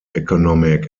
economic